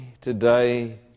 today